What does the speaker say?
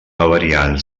variants